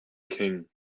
king